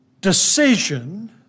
decision